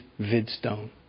vidstone